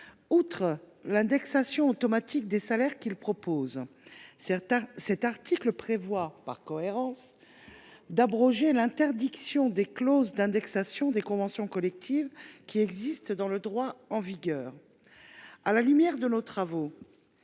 Outre l’indexation automatique des salaires qui y est proposée, cet article a pour objet d’abroger, par cohérence, l’interdiction des clauses d’indexation des conventions collectives qui existe dans le droit en vigueur.